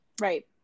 Right